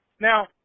Now